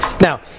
Now